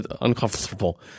Uncomfortable